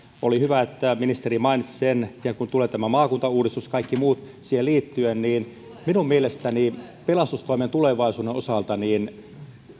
oli hyvä että ministeri mainitsi sen ja kun tulee maakuntauudistus ja kaikki muut siihen liittyen niin minun mielestäni pelastustoimen tulevaisuuden osalta